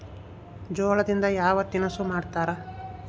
ಜೋಳದಿಂದ ಯಾವ ತಿನಸು ಮಾಡತಾರ?